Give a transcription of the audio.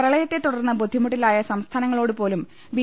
പ്രളയത്തെ തുടർന്ന് ബുദ്ധി മുട്ടിലായ സംസ്ഥാനങ്ങളോടുപോലും ബി